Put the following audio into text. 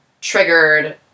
triggered